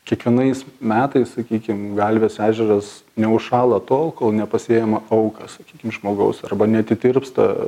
kiekvienais metais sakykim galvės ežeras neužšąla tol kol nepasiima auką sakykim žmogaus arba neatitirpsta